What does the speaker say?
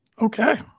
Okay